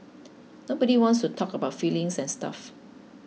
nobody wants to talk about feelings and stuff